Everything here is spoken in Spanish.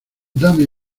dame